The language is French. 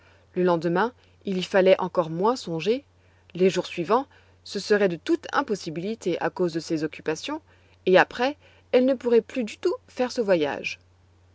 le lendemain il y fallait encore moins songer les jours suivants ce serait de toute impossibilité à cause de ses occupations et après elle ne pourrait plus du tout faire ce voyage